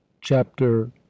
Chapter